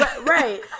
Right